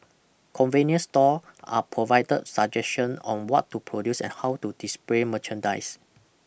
convenience store are provided suggestion on what to produce and how to display merchandise